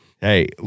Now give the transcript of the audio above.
Hey